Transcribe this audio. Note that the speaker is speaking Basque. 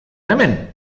hemen